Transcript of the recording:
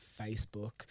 facebook